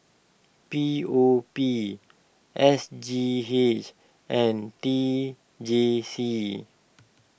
P O P S G H and T J C